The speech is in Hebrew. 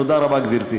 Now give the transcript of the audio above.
תודה רבה, גברתי.